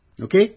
Okay